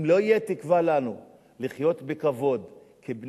אם לא תהיה לנו תקווה לחיות בכבוד כבני-אדם,